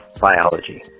biology